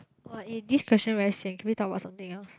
!wah! eh this question very sian can we talk about something else